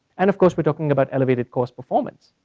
and of course, we're talking about elevated cost performance.